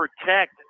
protect